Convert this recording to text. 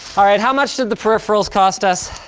all right, how much did the peripherals cost us?